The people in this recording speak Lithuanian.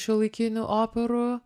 šiuolaikinių operų